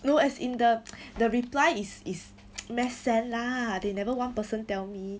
no as in the the reply is is mass send lah they never one person tell me